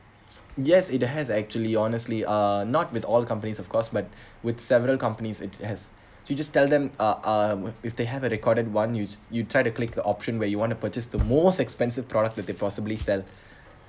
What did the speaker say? yes it has actually honestly uh not with all companies of course but with several companies it has she just tell them uh um if they have a recorded one you you try to click the option where you want to purchase the most expensive product that they possibly sell